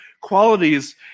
qualities